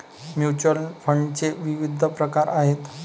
mutual फंडाचे विविध प्रकार आहेत